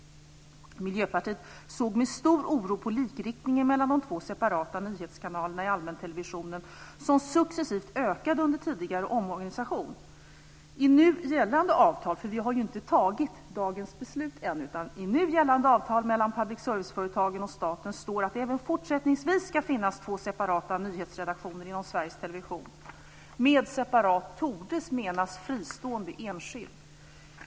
Miljöpartiet såg med stor oro på likriktningen mellan de två separata nyhetskanalerna i allmäntelevisionen, som successivt ökade under tidigare omorganisation. I nu gällande avtal - för vi har ju inte tagit dagens beslut ännu - mellan public service-företagen och staten står att det även fortsättningsvis ska finnas två separata nyhetsredaktioner inom Sveriges Television. Med "separat" torde menas fristående, enskild.